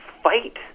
fight